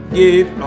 give